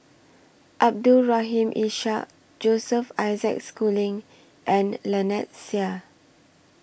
Abdul Rahim Ishak Joseph Isaac Schooling and Lynnette Seah